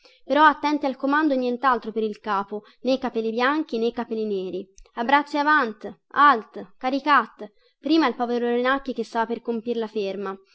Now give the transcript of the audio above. però attenti al comando e nientaltro per il capo nè capelli bianchi nè capelli neri abbracci avanti alt caricat prima il povero renacchi che stava per compir la ferma